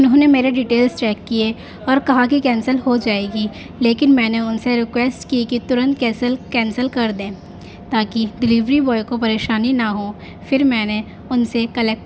انہوں نے میرے ڈیٹیلس چیک کیے اور کہا کہ کینسل ہو جائے گی لیکن میں نے ان سے ریکویسٹ کی کہ ترنت کینسل کینسل کر دیں تاکہ ڈلیوری بوائے کو پریشانی نہ ہ پھر میں نے ان سے کلیکٹ